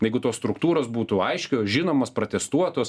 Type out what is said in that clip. jeigu tos struktūros būtų aiškios žinomos pratestuotos